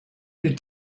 der